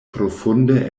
profunde